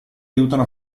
aiutano